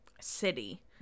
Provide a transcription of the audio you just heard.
city